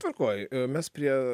tvarkoj mes prie